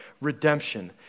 redemption